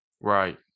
Right